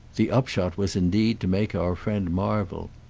the upshot was indeed to make our friend marvel.